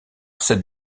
cette